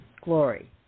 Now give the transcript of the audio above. Glory